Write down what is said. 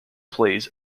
plays